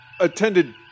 attended